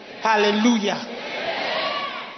Hallelujah